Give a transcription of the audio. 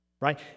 right